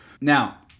Now